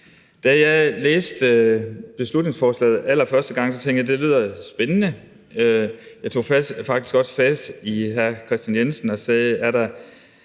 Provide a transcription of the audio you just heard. Da jeg læste beslutningsforslaget allerførste gang, tænkte jeg, at det lød spændende. Jeg tog faktisk også fat i hr. Kristian Jensen og spurgte, hvad